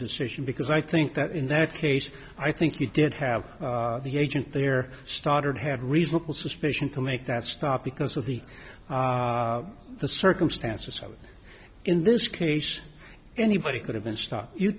decision because i think that in that case i think you did have the agent there stoddard had reasonable suspicion to make that stop because of the the circumstances so in this case anybody could have been stopped you